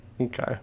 Okay